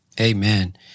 Amen